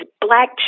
black